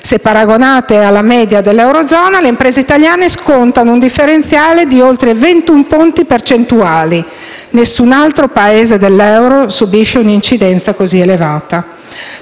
Se paragonate alla media dell'eurozona, le imprese italiane scontano un differenziale di oltre 21 punti percentuali: nessun altro Paese dell'euro subisce un'incidenza così elevata.